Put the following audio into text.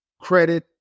credit